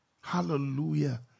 hallelujah